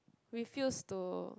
refuse to